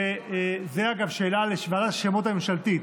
אגב, זאת שאלה לוועדת השמות הממשלתית.